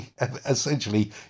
essentially